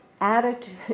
attitude